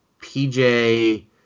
PJ